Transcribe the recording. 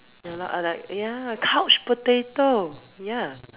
ya lor or like ya couch potato ya